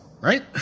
right